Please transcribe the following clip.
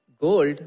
gold